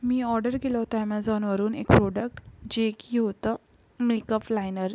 मी order केलं होतं अॅमॅझॉनवरून एक प्रोडक्ट जे की होतं मेकफ लायनर